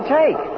take